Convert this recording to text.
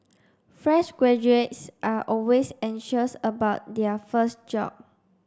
fresh graduates are always anxious about their first job